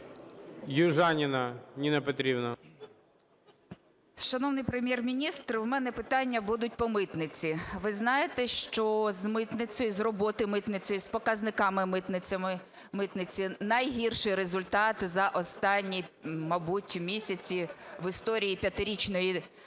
ЮЖАНІНА Н.П. Шановний Прем'єр-міністре, у мене питання будуть по митниці. Ви знаєте, що з митницею, з роботи митниці, з показниками митниці найгірший результат за останні, мабуть, місяці в історії п'ятирічної...